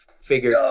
figure